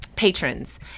patrons